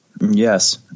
Yes